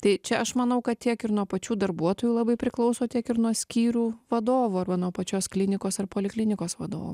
tai čia aš manau kad tiek ir nuo pačių darbuotojų labai priklauso tiek ir nuo skyrių vadovų arba nuo pačios klinikos ar poliklinikos vadovo